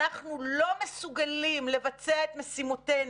אנחנו לא מסוגלים לבצע את משימותינו,